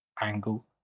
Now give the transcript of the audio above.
angle